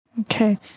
Okay